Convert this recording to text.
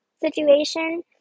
situation